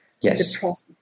Yes